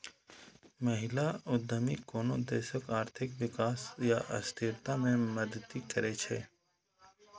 महिला उद्यमी कोनो देशक आर्थिक विकास आ स्थिरता मे मदति करै छै